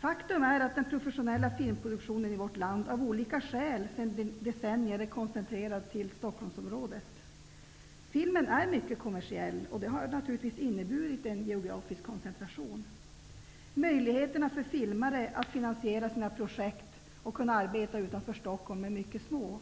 Faktum är att den professionella filmproduktionen i vårt land av olika skäl sedan decennier tillbaka är koncentrerad till Stockholmsområdet. Filmen är mycket kommersiell, och detta har naturligtvis inneburit en geografisk koncentration. Möjligheterna för filmare att finansiera sina projekt och arbeta utanför Stockholm är i dag mycket små.